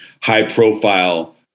high-profile